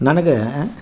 ನನಗೆ